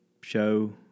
show